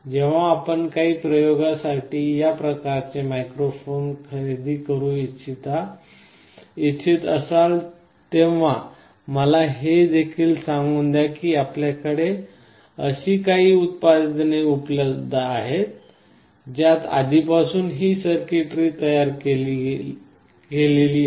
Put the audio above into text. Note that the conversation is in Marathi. जेव्हा आपण काही प्रयोगांसाठी या प्रकारचे मायक्रो फोन खरेदी करू इच्छित असाल तेव्हा मला हे देखील सांगू द्या की आपल्याकडे अशी काही उत्पादने उपलब्ध आहेत ज्यात आधीपासून ही सर्किटरी तयार केलेली आहे